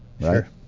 Sure